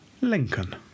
Lincoln